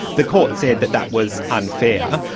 the court said that that was unfair.